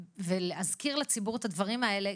להזכיר לציבור את הדברים האלה,